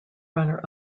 runner